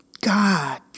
God